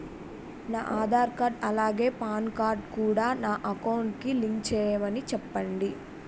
నా ఆధార్ కార్డ్ అలాగే PAN card కూడా నా అకౌంట్ కి లింక్ చేయమని చెప్పండి